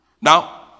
Now